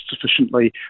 sufficiently